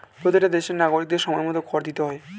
প্রত্যেকটা দেশের নাগরিকদের সময়মতো কর দিতে হয়